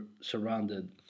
surrounded